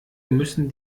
müssen